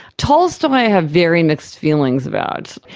tolstoy i have very mixed feelings about,